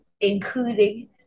including